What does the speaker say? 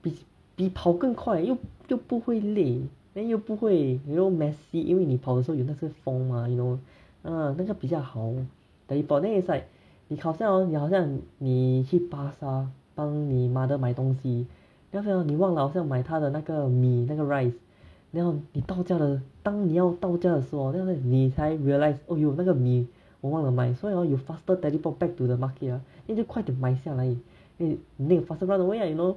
比比跑更快又又不会累 then 又不会 you know messy 因为你跑的时候有那个风嘛 you know 啊那个比较好 teleport then it's like 你好像 hor 你好像你去巴刹帮你 mother 买东西 then after that hor 你忘了好像买她的那个米那个 rice then hor 你到家了当你要到家的时候 then after that hor 你才 realise 哦有那个米我忘了买所以 hor 你 faster teleport back to the market ah then 你就快点买下来 then you faster run away you know